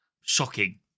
Shocking